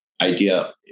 idea